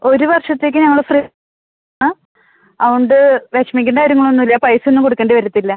ഒരു വർഷത്തേക്ക് ഞങ്ങൾ ഫ്രി അ അതുകൊണ്ട് വിഷമിക്കേണ്ട കാര്യങ്ങളൊന്നും ഇല്ല പൈസ ഒന്നും കൊടുക്കേണ്ടി വരത്തില്ല